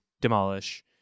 demolish